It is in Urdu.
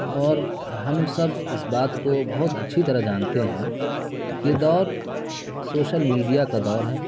اور ہم سب اس بات کو بہت اچھی طرح جانتے ہیں کہ یہ دور سوشل میڈیا کا دور ہے